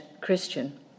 Christian